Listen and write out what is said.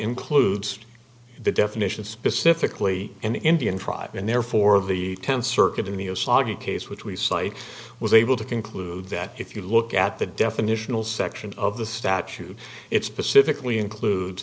includes the definition specifically an indian tribe and therefore the tenth circuit in the osogd case which we cite was able to conclude that if you look at the definitional section of the statute it's specifically include